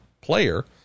player